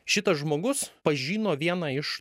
šitas žmogus pažino vieną iš